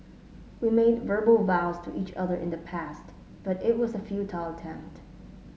we made verbal vows to each other in the past but it was a futile attempt